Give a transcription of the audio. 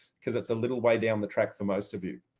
because it's a little way down the track for most of you.